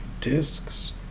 discs